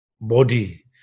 body